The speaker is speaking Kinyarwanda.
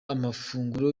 amafunguro